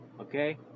Okay